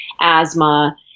asthma